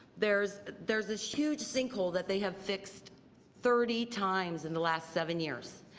there is there is this huge sinkhole that they have fixed thirty times in the last seven years.